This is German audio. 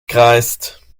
kreist